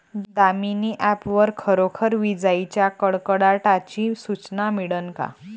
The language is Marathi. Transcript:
दामीनी ॲप वर खरोखर विजाइच्या कडकडाटाची सूचना मिळन का?